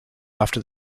after